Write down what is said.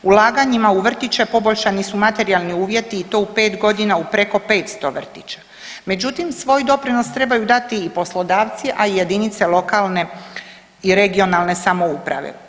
Ulaganjima u vrtiće poboljšani su materijalni uvjeti i to u 5.g. u preko 500 vrtića, međutim svoj doprinos trebaju dati i poslodavci, a i jedinice lokalne i regionalne samouprave.